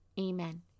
Amen